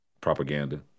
propaganda